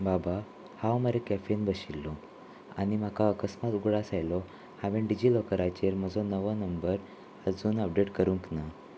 बाबा हांव मरे कॅफेन बशिल्लो आनी म्हाका अकस्मात उगडास आयलो हांवेन डिजिलॉकराचेर म्हजो नवो नंबर आजून अपडेट करूंक ना